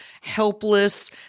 helpless